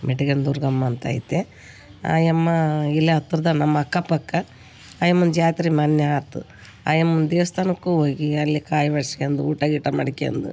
ಮೆಟ್ಗನ ದುರ್ಗಮ್ಮ ಅಂತೈತೆ ಆಯಮ್ಮಾ ಇಲ್ಲೇ ಹತ್ರದಾಗೆ ನಮ್ಮ ಅಕ್ಕ ಪಕ್ಕ ಆಯಮ್ಮನ ಜಾತ್ರೆ ಮೊನ್ನೆ ಆತು ಆಯಮ್ಮನ ದೇವಸ್ಥಾನಕ್ಕೂ ಹೋಗಿ ಅಲ್ಲಿ ಕಾಯಿ ಒಡೆಸ್ಕೋಂಡ್ ಊಟ ಗೀಟ ಮಾಡ್ಕೊಂಡ್